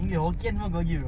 okay that's good